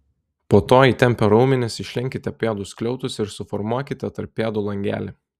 po to įtempę raumenis išlenkite pėdų skliautus ir suformuokite tarp pėdų langelį